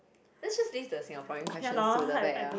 lets just leave the Singaporean questions to the back ah